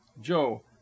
joe